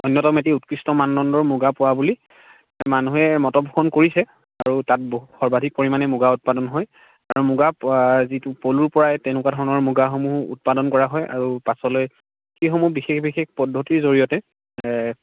অন্যতম এটি উৎকৃষ্ট মানদণ্ডৰ মুগা পোৱা বুলি মানুহে মতপোষণ কৰিছে আৰু তাত বহু সৰ্বাধিক পৰিমাণে মুগা উৎপাদন হয় আৰু মুগা যিটো পলুৰ পৰা তেনেকুৱা ধৰণৰ মুগাসমূহ উৎপাদন কৰা হয় আৰু পাছলৈ সেই সমূহ বিশেষ বিশেষ পদ্ধতিৰ জৰিয়তে